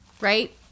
Right